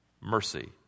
mercy